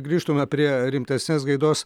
grįžtume prie rimtesnės gaidos